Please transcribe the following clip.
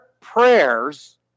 prayers